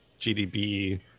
GDB